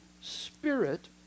Spirit